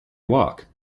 walk